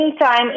Anytime